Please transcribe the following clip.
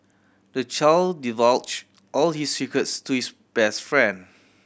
the child divulge all his secrets to his best friend